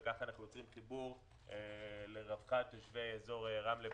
וכך אנחנו יוצרים חיבור לרווחת תושבי אזור רמלה,